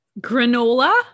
Granola